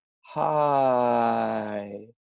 hi